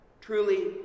Truly